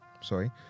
Sorry